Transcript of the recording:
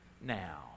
now